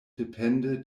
depende